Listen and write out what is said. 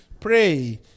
Pray